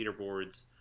leaderboards